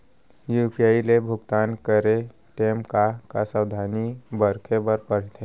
UPI ले भुगतान करे टेम का का सावधानी बरते बर परथे